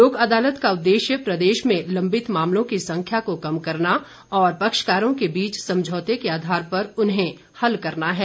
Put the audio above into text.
लोक अदालत का उद्देश्य प्रदेश में लंबित मामलों की संख्या को कम करना और पक्षकारों के बीच समझौते के आधार पर उन्हें हल करना है